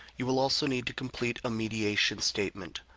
you will also need to complete a mediation statement.